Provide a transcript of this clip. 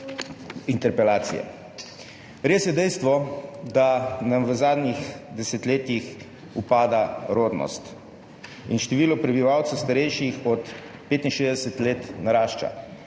interpelacije. Res je dejstvo, da nam v zadnjih desetletjih upada rodnost in narašča število prebivalcev, starejših od 65 let.